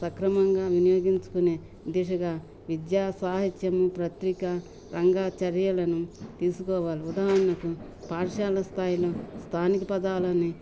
సక్రమంగా వినియోగించుకునే ద దిశగావిద్యా సాహిత్యము పత్రిక రంగా చర్యలను తీసుకోవాలి ఉదాహరణకు పాఠశాల స్థాయిలో స్థానిక పదాలని